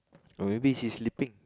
or maybe she's sleeping